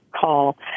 call